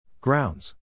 Grounds